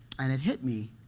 and it hit me,